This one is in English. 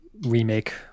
remake